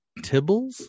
Tibbles